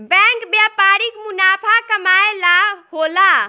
bank व्यापारिक मुनाफा कमाए ला होला